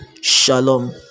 Shalom